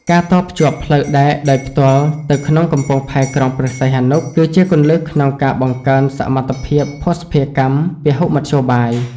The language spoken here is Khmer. ការតភ្ជាប់ផ្លូវដែកដោយផ្ទាល់ទៅក្នុងកំពង់ផែក្រុងព្រះសីហនុ គឺជាគន្លឹះក្នុងការបង្កើនសមត្ថភាពភស្តុភារកម្មពហុមធ្យោបាយ។